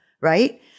right